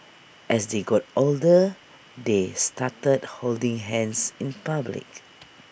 as they got older they started holding hands in public